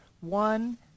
one